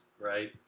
right